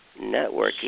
networking